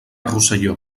rosselló